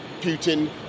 Putin